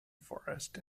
forest